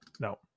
no